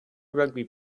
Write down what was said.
rugby